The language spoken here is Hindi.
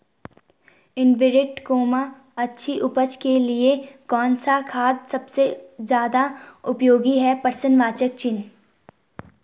अच्छी उपज के लिए कौन सा खाद सबसे ज़्यादा उपयोगी है?